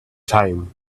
time